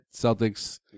Celtics